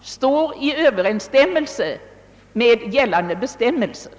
står i överensstämmelse med gällande bestämmelser.